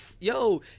yo